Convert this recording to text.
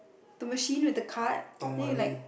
the machine with the card then you like